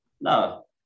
No